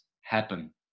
happen